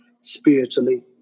spiritually